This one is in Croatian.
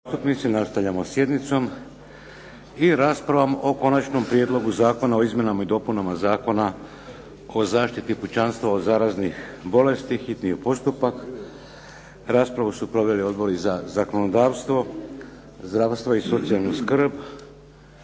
nastavljamo sa sjednicom i raspravom o - Konačni prijedlog zakona o izmjenama i dopunama Zakona o zaštiti pučanstva od zaraznih bolesti, hitni postupak, prvo i drugo čitanje, P.Z. br. 305 Raspravu su proveli Odbori za zakonodavstvo, zdravstvo i socijalnu skrb.